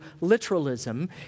literalism